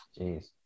Jeez